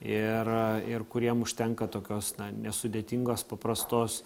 ir ir kuriem užtenka tokios nesudėtingos paprastos